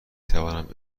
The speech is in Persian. توانم